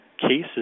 cases